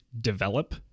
develop